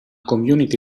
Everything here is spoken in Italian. community